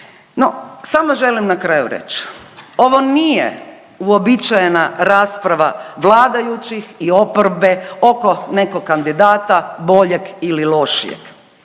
samo želim na kraju reć, ovo nije uobičajena rasprava vladajućih i oporbe oko nekog kandidata boljeg ili lošijeg,